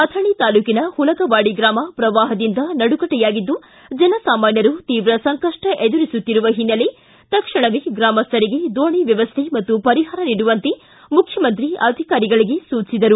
ಅಥಣಿ ತಾಲೂಕಿನ ಹುಲಗವಾಡಿ ಗ್ರಾಮ ಪ್ರವಾಹದಿಂದ ನಡುಗಡ್ಡೆಯಾಗಿದ್ದು ಜನಸಾಮಾನ್ಯರು ತೀವ್ರ ಸಂಕಷ್ಟ ಎದುರಿಸುತ್ತಿರುವ ಹಿನ್ನೆಲೆ ತಕ್ಷಣವೇ ಗ್ರಾಮಸ್ಟರಿಗೆ ದೋಣಿ ವ್ಯವಸ್ಥೆ ಮತ್ತು ಪರಿಹಾರ ನೀಡುವಂತೆ ಮುಖ್ಯಮಂತ್ರಿ ಅಧಿಕಾರಿಗಳಿಗೆ ಸೂಜಿಸಿದರು